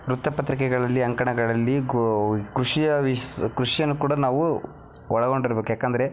ವೃತ್ತಪತ್ರಿಕೆಗಳಲ್ಲಿ ಅಂಕಣಗಳಲ್ಲಿ ಗೋ ಕೃಷಿಯ ವಿಸ್ ಕೃಷಿಯನ್ನು ಕೂಡ ನಾವು ಒಳಗೊಂಡಿರ್ಬೇಕ್ ಏಕಂದ್ರೆ